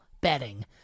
betting